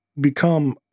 become